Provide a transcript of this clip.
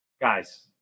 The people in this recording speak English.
guys